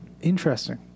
Interesting